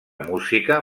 música